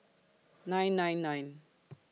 nine nine nine